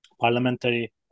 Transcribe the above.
parliamentary